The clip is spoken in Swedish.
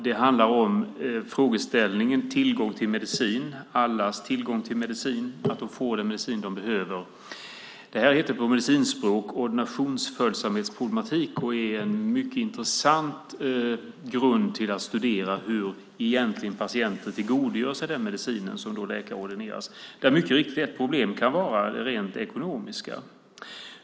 Det handlar om frågeställningen tillgång till medicin, allas tillgång till medicin, att man får den medicin man behöver. Det heter på medicinspråk ordinationsföljsamhetsproblematik och är en mycket intressant grund för att studera hur patienter egentligen tillgodogör sin den medicin som läkarordineras. Mycket riktigt kan ett problem vara rent ekonomiskt.